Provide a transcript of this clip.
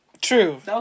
True